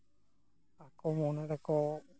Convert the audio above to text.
ᱟᱠᱚ ᱢᱚᱱᱮᱨᱮᱠᱚ